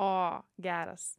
o geras